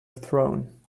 throne